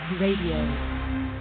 radio